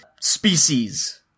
species